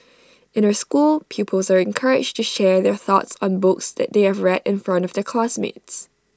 in her school pupils are encouraged to share their thoughts on books they have read in front of their classmates